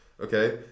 Okay